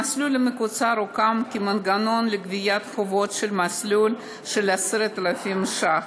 המסלול המקוצר הוקם כמנגנון לגביית חובות עד לסכום של 10,000 ש"ח,